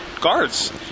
guards